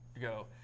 go